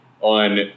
on